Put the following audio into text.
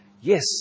Yes